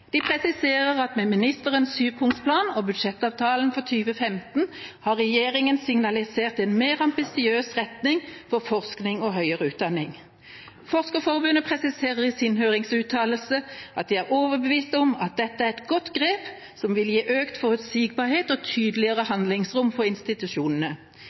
De presiserer at med ministerens syvpunktsplan og budsjettavtalen for 2015 har regjeringa signalisert en mer ambisiøs retning for forskning og høyere utdanning. Forskerforbundet presiserer i sin høringsuttalelse at de er overbevist om at dette er et godt grep som vil gi økt forutsigbarhet og tydeligere handlingsrom for institusjonene.